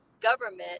government